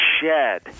shed